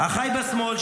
אחיי בשמאל,